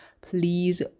Please